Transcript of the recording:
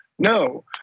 No